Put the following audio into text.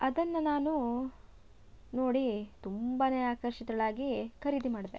ಅದನ್ನು ನಾನು ನೋಡಿ ತುಂಬ ಆಕರ್ಷಿತಳಾಗಿ ಖರೀದಿ ಮಾಡಿದೆ